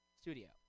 studio